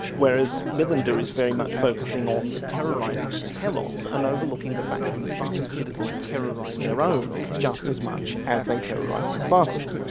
whereas millender is very much focusing on terrorising of the helots and overlooking the fact that the spartan citizens terrorise their own just as much as they terrorise the spartans.